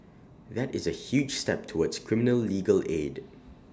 that is A huge step towards criminal legal aid